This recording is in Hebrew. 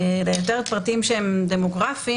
זה יותר פרטים שהם דמוגרפיים,